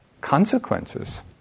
consequences